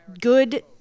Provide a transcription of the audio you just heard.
good